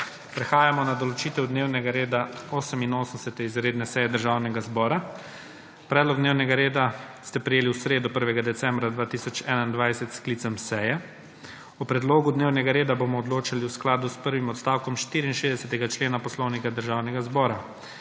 Prehajamo na določitev dnevnega reda 88. izredne seje Državnega zbora. Predlog dnevnega reda sta prejeli v sredo, 1. decembra 2021 s sklicem seje. O predlogu dnevnega reda bomo odločali v skladu s prvim odstavkom 64. člena Poslovnika Državnega zbora.